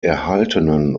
erhaltenen